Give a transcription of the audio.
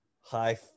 high